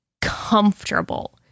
comfortable